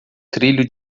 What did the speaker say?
trilho